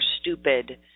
stupid